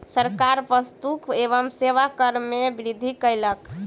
सरकार वस्तु एवं सेवा कर में वृद्धि कयलक